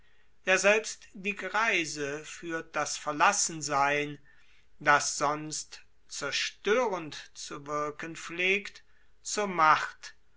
ja selbst die greise führt das verlassensein das zerstörend zu wirken pflegte zur macht